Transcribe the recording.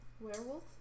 Werewolf